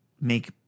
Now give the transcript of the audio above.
make